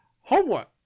Homework